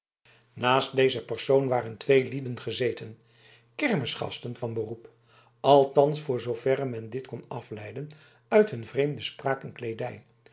naast dezen persoon waren twee lieden gezeten kermisgasten van beroep althans voor zooverre men dit kon afleiden uit hun vreemde spraak en kleedij